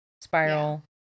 spiral